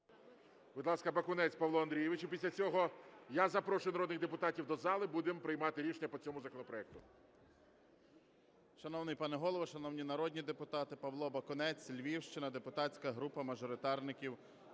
Будь ласка, Бакунець Павло Андрійович. І після цього я запрошую народних депутатів до зали, будемо приймати рішення по цьому законопроекту. 14:46:33 БАКУНЕЦЬ П.А. Шановний пане Голово, шановні народні депутати. Павло Бакунець, Львівщина, депутатська група мажоритарників